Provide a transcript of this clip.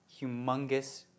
humongous